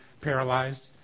paralyzed